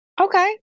Okay